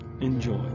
Enjoy